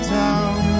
town